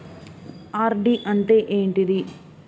RD అంటే ఏంటిది?